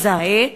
מזהה.